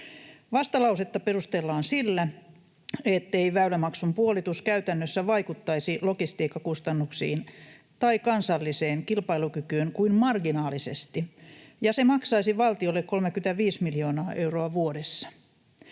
Vastalausetta perustellaan sillä, ettei väylämaksun puolitus käytännössä vaikuttaisi logistiikkakustannuksiin tai kansalliseen kilpailukykyyn kuin marginaalisesti ja se maksaisi valtiolle 35 miljoonaa euroa vuodessa.